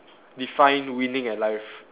define winning at life